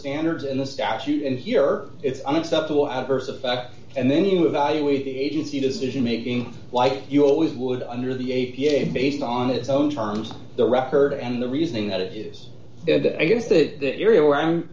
standards in the statute and here it's unacceptable adverse effect and then you evaluate the agency decision making like you always would under the a p a based on its own terms the record and the reasoning that it is i guess that area where i'm